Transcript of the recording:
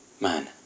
man